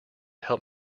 help